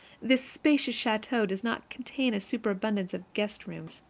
this spacious chateau does not contain a superabundance of guest rooms.